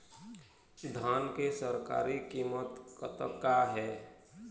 धान के सरकारी कीमत कतका हे?